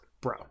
Bro